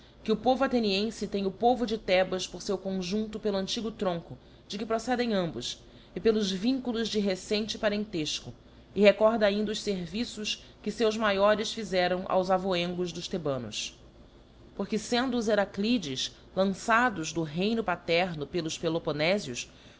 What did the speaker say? que o povo athenienfe tem o povo de thebas por feu conjundo pelo antigo tronco de que procedem ambos e pelos vínculos de recente parentefco c recorda ainda os ferviços que feus maiores fizeram aos avoengos dos thebanos porque fendo os era lides lançados do reino paterno pelos peloponefios os